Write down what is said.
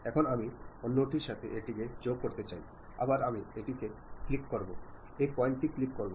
এখন আমি অন্যটির সাথে এটি কে যোগ করতে চাই আবার আমি এটিতে ক্লিক করব এই পয়েন্টটি ক্লিক করব